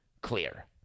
clear